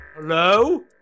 Hello